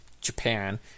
Japan